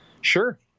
Sure